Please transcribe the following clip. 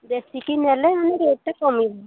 ବେଶୀକି ନେଲେ ଆମେ ରେଟ୍ଟା କମେଇବୁ